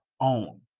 own